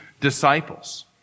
disciples